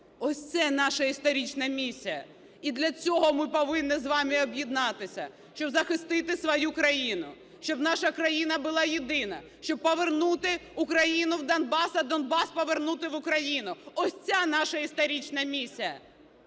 Ось це наша історична місія. І для цього ми повинні з вами об'єднатися, щоб захистити свою країну, щоб наша країна була єдина, щоб повернути Україну повернути в Донбас, а Донбас повернути в Україну. Ось це наша історична місія.